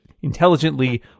intelligently